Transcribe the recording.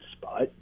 spot